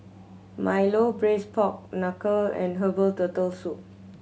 milo Braised Pork Knuckle and herbal Turtle Soup